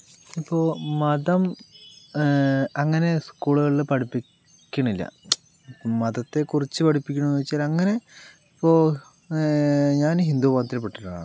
ഇപ്പോൾ മതം അങ്ങനെ സ്കൂളുകളിൽ പഠിപ്പിക്ക്ണില്ല മതത്തെക്കുറിച്ച് പിടിപ്പിക്ക്ണൂന്ന് വെച്ചാല് അങ്ങനെ ഇപ്പോൾ ഞാൻ ഹിന്ദു മതത്തിൽ പെട്ടൊരാളാണ്